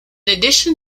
addition